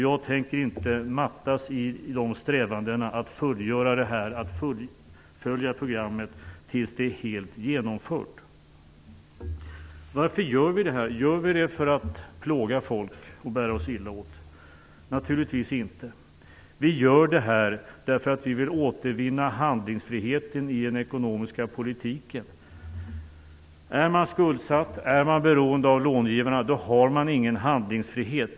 Jag tänker inte mattas i strävandena att fullfölja programmet tills det är helt genomfört. Varför gör vi det här? Gör vi det för att plåga folk och bära oss illa åt? Naturligtvis inte. Vi gör det för att vi vill återvinna handlingsfriheten i den ekonomiska politiken. Är man skuldsatt och beroende av långivarna har man ingen handlingsfrihet.